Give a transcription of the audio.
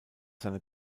seine